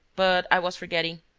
but i was forgetting.